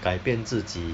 改变自己